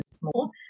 more